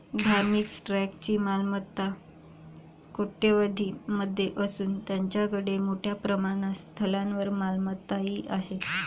धार्मिक ट्रस्टची मालमत्ता कोट्यवधीं मध्ये असून त्यांच्याकडे मोठ्या प्रमाणात स्थावर मालमत्ताही आहेत